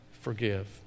forgive